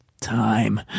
time